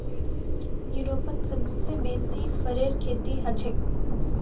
यूरोपत सबसे बेसी फरेर खेती हछेक